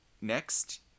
Next